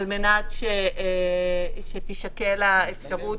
על מנת שתישקל האפשרות